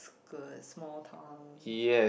the small town